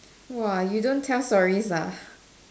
!wah! you don't tell stories ah